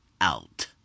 out